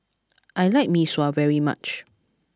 I like Mee Sua very much